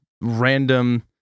random